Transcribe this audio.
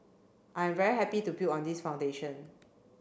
I am very happy to build on this foundation